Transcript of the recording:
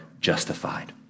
justified